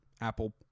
Apple